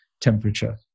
temperature